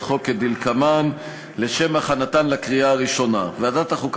חוק לשם הכנתן לקריאה הראשונה כדלקמן: ועדת החוקה,